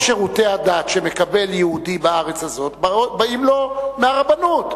רוב שירותי הדת שמקבל יהודי בארץ הזאת באים לו מהרבנות.